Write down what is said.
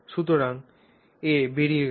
সুতরাং a বেরিয়ে গেল